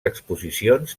exposicions